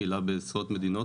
פעילה בעשרות מדינות.